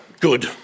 Good